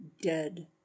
dead